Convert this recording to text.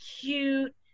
cute